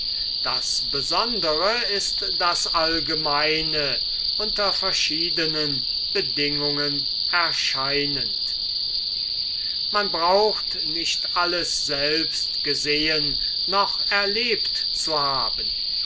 das besondere ist das allgemeine unter verschiedenen bedingungen erscheinend man braucht nicht alles selbst gesehen noch erlebt zu haben